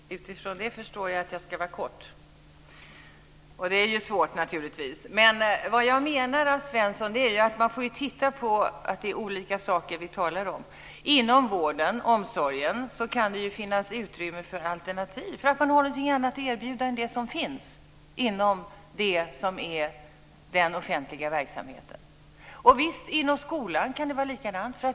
Fru talman! Med tanke på min återstående talartid förstår jag att jag ska vara kortfattad. Det är naturligtvis svårt. Vad jag menar, Alf Svensson, är att man ju får titta på att det är olika saker vi talar om. Inom vården och omsorgen kan det finnas utrymme för alternativ, för att man har något annat att erbjuda än det som redan finns inom det som är den offentliga verksamheten. Inom skolan kan det vara likadant.